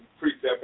precept